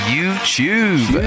YouTube